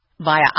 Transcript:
via